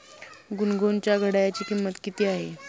गुनगुनच्या घड्याळाची किंमत किती आहे?